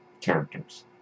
characters